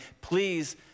please